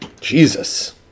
Jesus